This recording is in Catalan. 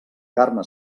carme